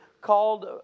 called